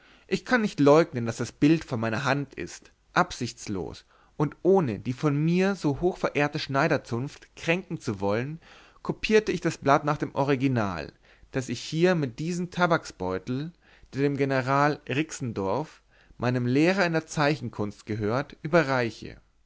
ich kann nicht leugnen daß das bild von meiner hand ist absichtslos und ohne irgend die von mir so hochverehrte schneiderzunft kränken zu wollen kopierte ich das blatt nach dem original das ich hier mit diesem tabaksbeutel der dem general rixendorf meinem lehrer in der zeichenkunst gehört überreiche